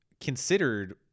considered